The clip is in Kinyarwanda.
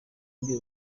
ndi